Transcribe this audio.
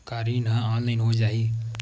का ऋण ह ऑनलाइन हो जाही?